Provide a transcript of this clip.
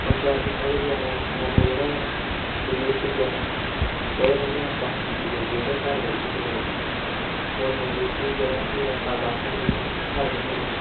पंगा कीता कि बचैरा इक स्याना जेह्ड़ा बजुर्ग बचैरा ओह्दे कन्नै बतमीजी करी ओड़ी ओह्दे घर बड़ी गे जबरदस्ती बोलन लगे उसी यरा असेंगी रस्ता दस्स नेईं तां साढ़े कन्नै चल